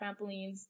trampolines